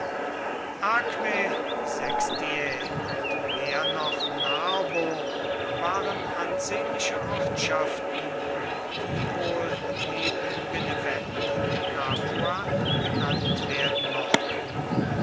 aquae sextiae und mehr noch narbo waren ansehnliche ortschaften die wohl neben benevent und capua genannt werden mochten